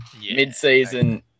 mid-season